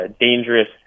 dangerous